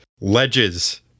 Ledges